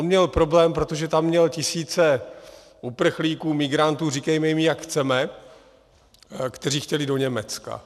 On měl problém, protože tam měl tisíce uprchlíků, migrantů, říkejme jim, jak chceme, kteří chtěli do Německa.